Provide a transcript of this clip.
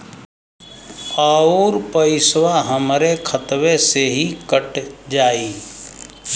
अउर पइसवा हमरा खतवे से ही कट जाई?